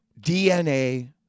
DNA